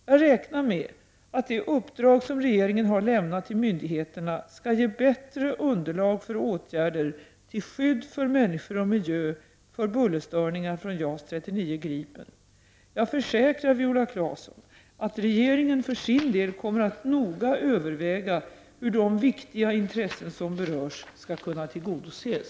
Jag räknar med att de uppdrag som regeringen har lämnat till myndigheterna skall ge bättre underlag för åtgärder till skydd för människor och miljö för bullerstörningar från JAS 39 Gripen. Jag försäkrar Viola Claesson att regeringen för sin del kommer att noga överväga hur de viktiga intressen som berörs skall kunna tillgodoses.